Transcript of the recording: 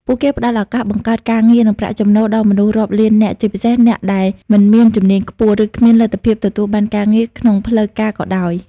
ពួកគេផ្តល់ឱកាសបង្កើតការងារ និងប្រាក់ចំណូល ដល់មនុស្សរាប់លាននាក់ ជាពិសេសអ្នកដែលមិនមានជំនាញខ្ពស់ ឬគ្មានលទ្ធភាពទទួលបានការងារក្នុងផ្លូវការក៏ដោយ ។